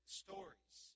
stories